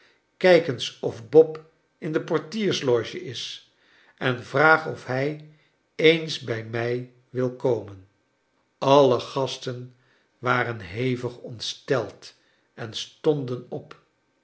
krjk eens of bob in de portiersloge is en vraag of hij eens bij mij wil komen alle gasten waren hevig ontsteld en stonden op